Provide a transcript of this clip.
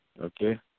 okay